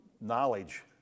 knowledge